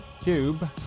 cube